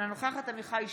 אינה נוכחת עמיחי שיקלי,